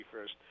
first